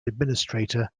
administrator